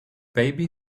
baby